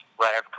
right